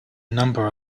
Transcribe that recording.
number